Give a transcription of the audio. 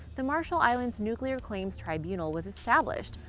the marshall islands nuclear claims tribunal was established,